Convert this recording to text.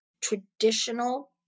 traditional